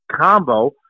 combo